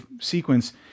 sequence